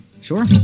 Sure